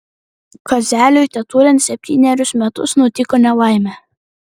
kazeliui teturint septynerius metus nutiko nelaimė